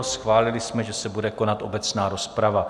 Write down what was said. Schválili jsme, že se bude konat obecná rozprava.